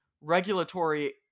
regulatory